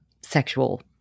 sexual